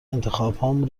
انتخابهام